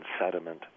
sediment